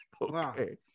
okay